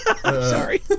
sorry